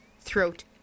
throat